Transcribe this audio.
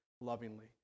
lovingly